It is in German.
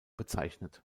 bezeichnet